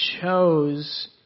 chose